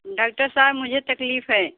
doctor साहब मुझे तकलीफ है